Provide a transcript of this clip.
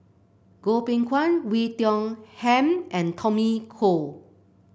Goh Beng Kwan Oei Tiong Ham and Tommy Koh